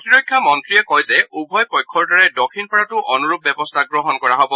প্ৰতিৰক্ষা মন্ত্ৰীয়ে কয় যে উভয় পক্ষৰ দ্বাৰাই দক্ষিণ পাৰতো অনুৰূপ ব্যৱস্থা গ্ৰহণ কৰা হ'ব